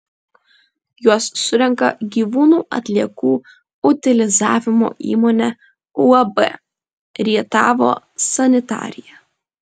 juos surenka gyvūnų atliekų utilizavimo įmonė uab rietavo sanitarija